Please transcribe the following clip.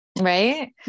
Right